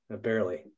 Barely